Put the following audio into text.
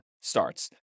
starts